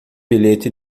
bilhete